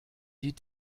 die